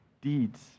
deeds